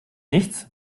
nichts